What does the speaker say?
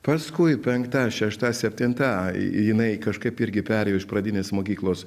paskui penkta šešta septinta jinai kažkaip irgi perėjo iš pradinės mokyklos